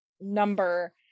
number